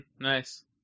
nice